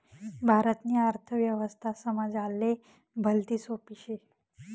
भारतनी अर्थव्यवस्था समजाले भलती सोपी शे